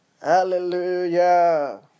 Hallelujah